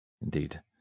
Indeed